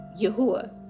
Yahuwah